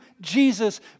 Jesus